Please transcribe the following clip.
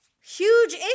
huge